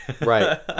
Right